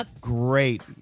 great